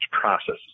process